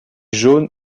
jaunes